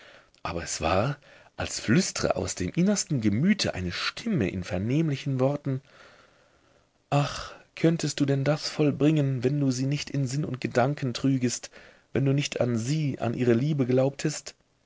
aber es war als flüstre aus dem innersten gemüte eine stimme in vernehmlichen worten ach könntest du denn das vollbringen wenn du sie nicht in sinn und gedanken trügest wenn du nicht an sie an ihre liebe glaubtest